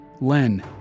Len